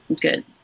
good